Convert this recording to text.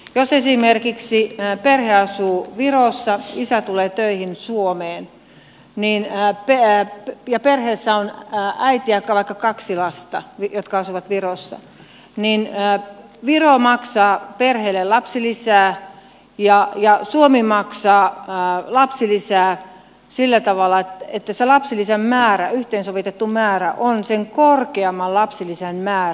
jos esimerkiksi perhe asuu virossa isä tulee töihin suomeen ja perheessä on äiti ja vaikka kaksi lasta jotka asuvat virossa niin viro maksaa perheelle lapsilisää ja suomi maksaa lapsilisää sillä tavalla että se lapsilisän määrä yhteen sovitettu määrä on sen korkeamman lapsilisän määrä